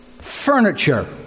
furniture